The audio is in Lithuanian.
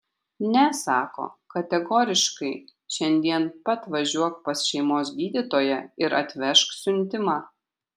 ne sako kategoriškai šiandien pat važiuok pas šeimos gydytoją ir atvežk siuntimą